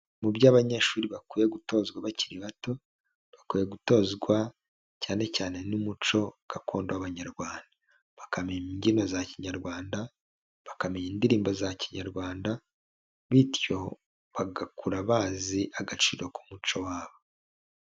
Mu byo abanyeshuri bakwiye gutozwa bakiri bato, bakwiye gutozwa cyane cyane n'umuco gakondo w'abanyarwanda, bakamenya imbyino za kinyarwanda, bakamenya indirimbo za kinyarwanda bityo, bagakura bazi agaciro k'umuco wabo.